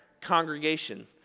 congregation